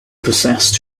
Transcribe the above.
possessed